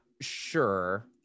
sure